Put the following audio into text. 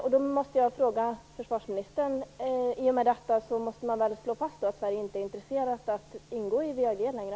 Jag vill fråga försvarsministern om man i och med detta inte måste slå fast att Sverige inte är intresserat av att ingå i WEAG längre.